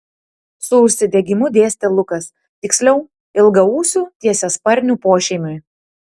su užsidegimu dėstė lukas tiksliau ilgaūsių tiesiasparnių pošeimiui